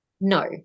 No